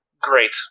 Great